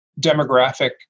demographic